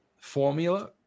formula